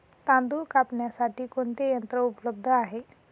तांदूळ कापण्यासाठी कोणते यंत्र उपलब्ध आहे?